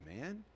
man